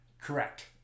Correct